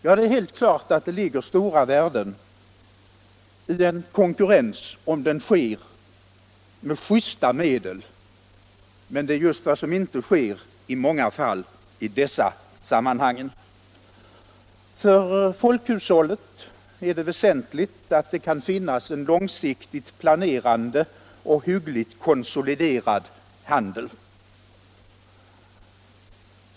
Ja, det är helt klart att det ligger stora värden i en konkurrens, om den sker med justa medel. Men det är just vad som inte sker i många fall i dessa sammanhang. För folkhushållet är det väsentligt att det kan finnas en långsiktigt planerande och hyggligt konsoliderad handel.